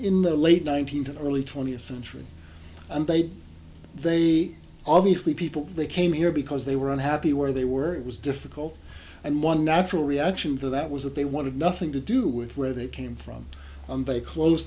in the late nineteenth early twentieth century and they they obviously people they came here because they were unhappy where they were it was difficult and one natural reaction to that was that they wanted nothing to do with where they came from but a clo